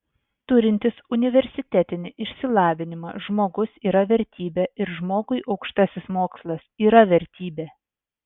turintis universitetinį išsilavinimą žmogus yra vertybė ir žmogui aukštasis mokslas yra vertybė